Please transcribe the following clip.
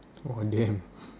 !wow! damn